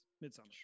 Midsummer